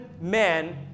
men